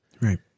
Right